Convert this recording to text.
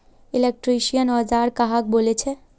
Electrician औजार कहाक बोले छे?